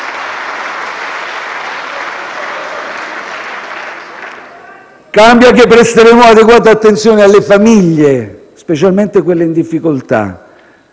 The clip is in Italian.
Cambia che presteremo adeguata attenzione alle famiglie, specialmente quelle in difficoltà.